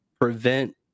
prevent